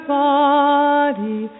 body